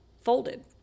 folded